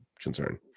concern